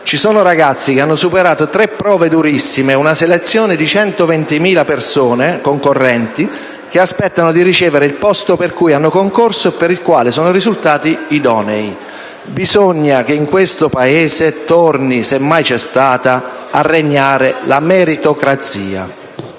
Ci sono ragazzi che hanno superato tre prove durissime e una selezione tra 120.000 concorrenti che aspettano di ricevere il posto per cui hanno concorso e per il quale sono risultati idonei. Bisogna che in questo Paese torni a regnare, se mai c'è stata, la meritocrazia.